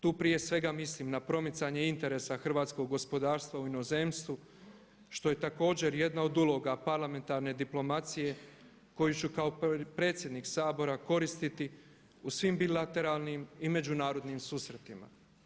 Tu prije svega mislim na promicanje interesa hrvatskog gospodarstva u inozemstvu što je također jedna od uloga parlamentarne diplomacije koju ću kao predsjednik Sabora koristiti u svim bilateralnim i međunarodnim susretima.